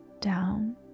down